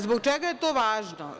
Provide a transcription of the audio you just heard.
Zbog čega je to važno?